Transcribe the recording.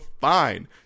Fine